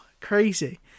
crazy